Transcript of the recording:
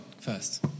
first